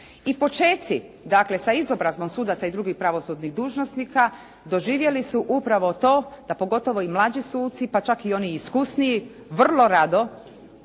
I počeci dakle, sa izobrazbom sudaca i drugih pravosudnih dužnosnika doživjeli su upravo to da pogotovo i mlađi suci, pa čak i oni iskusniji vrlo rado